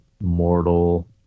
mortal